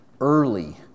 early